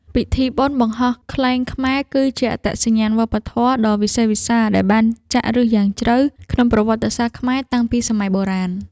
ពិធីបុណ្យបង្ហោះខ្លែងខ្មែរ គឺជាអត្តសញ្ញាណវប្បធម៌ដ៏វិសេសវិសាសដែលបានចាក់ឫសយ៉ាងជ្រៅក្នុងប្រវត្តិសាស្ត្រខ្មែរតាំងពីសម័យបុរាណ។